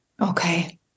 okay